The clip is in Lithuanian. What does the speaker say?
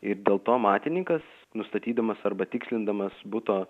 ir dėl to matininkas nustatydamas arba tikslindamas buto